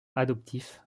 adoptif